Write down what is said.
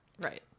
Right